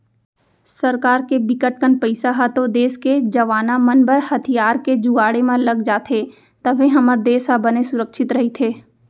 सरकार के बिकट कन पइसा ह तो देस के जवाना मन बर हथियार के जुगाड़े म लग जाथे तभे हमर देस ह बने सुरक्छित रहिथे